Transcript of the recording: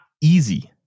easy